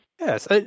Yes